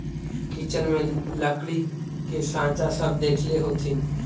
kitchen में लकड़ी के साँचा सब देखले होथिन